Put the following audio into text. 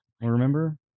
remember